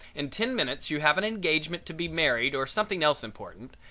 in ten minutes you have an engagement to be married or something else important,